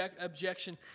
objection